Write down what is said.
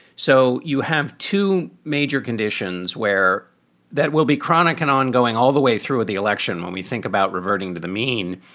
so you have two major conditions where that will be chronic and ongoing all the way through the election when we think about reverting to the mean.